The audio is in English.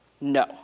No